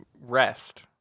rest